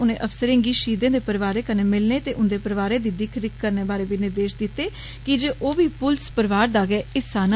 उनें अफसरें गी शहीदें दे परोआरें कन्नै मिलने ते उन्दे परोआरें दी दिक्ख रिक्ख करने बारे बी निर्देश दित्ते कीजे ओह् बी पुलस परोआर दा गै हिस्सा न